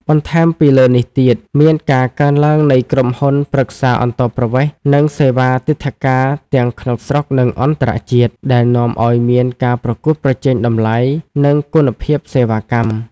បន្ថែមពីលើនេះទៀត មានការកើនឡើងនៃក្រុមហ៊ុនប្រឹក្សាអន្តោប្រវេសន៍ និងសេវាទិដ្ឋាការទាំងក្នុងស្រុក និងអន្តរជាតិ ដែលនាំឱ្យមានការប្រកួតប្រជែងតម្លៃ និងគុណភាពសេវាកម្ម។